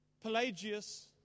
Pelagius